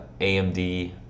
amd